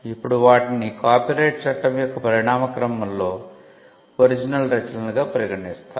ఇప్పుడు వాటిని కాపీరైట్ చట్టం యొక్క పరిణామ క్రమలో ఒరిజినల్ రచనలుగా పరిగణిస్తారు